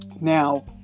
Now